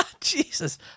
Jesus